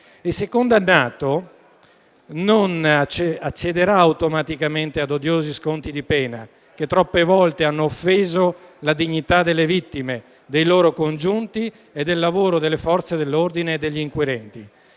e, se condannato, non accederà automaticamente ad odiosi sconti di pena, che troppe volte hanno offeso la dignità delle vittime, dei loro congiunti e del lavoro delle Forze dell'ordine e degli inquirenti.